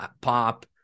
pop